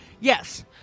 Yes